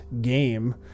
game